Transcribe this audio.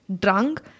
drunk